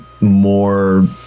more